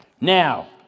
Now